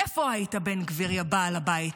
איפה היית, בן גביר, יא בעל הבית?